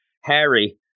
Harry